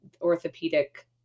orthopedic